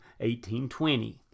1820